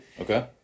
Okay